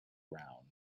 round